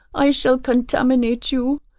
i shall contaminate you.